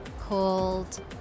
called